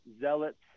Zealots